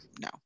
no